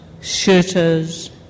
shooters